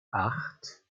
acht